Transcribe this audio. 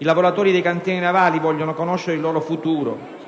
I lavoratori dei cantieri navali vogliono conoscere il loro futuro.